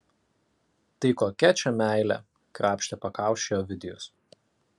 tai kokia čia meilė krapštė pakaušį ovidijus